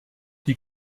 die